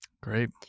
great